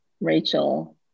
Rachel